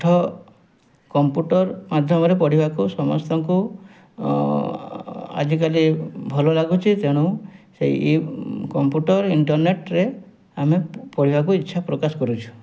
ପାଠ କମ୍ପ୍ୟୁଟର୍ ମାଧ୍ୟମରେ ପଢ଼ିବାକୁ ସମସ୍ତଙ୍କୁ ଆଜିକାଲି ଭଲ ଲାଗୁଚି ତେଣୁ କମ୍ପ୍ୟୁଟର୍ ଇଣ୍ଟରନେଟ୍ରେ ଆମେ ପଢ଼ିବାକୁ ଇଚ୍ଛା ପ୍ରକାଶ କରୁଛୁ